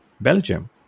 Belgium